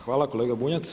Hvala kolega Bunjac.